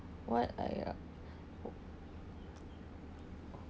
what I ah